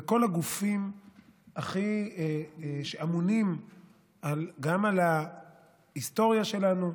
וכל הגופים שאמונים גם על ההיסטוריה שלנו,